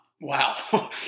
Wow